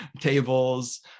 tables